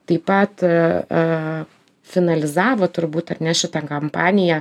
taip pat a finalizavo turbūt ar ne šitą kampaniją